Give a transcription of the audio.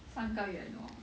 三个愿望